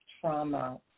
trauma